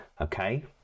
Okay